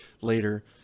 later